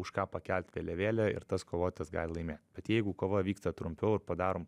už ką pakelt vėliavėlę ir tas kovotojas gali laimėt bet jeigu kova vyksta trumpiau ir padarom